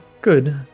good